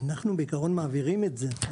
אנחנו בעיקרון מעבירים את זה.